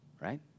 right